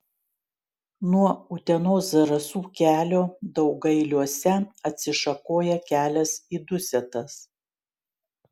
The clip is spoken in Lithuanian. nuo utenos zarasų kelio daugailiuose atsišakoja kelias į dusetas